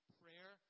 prayer